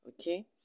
Okay